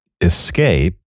escape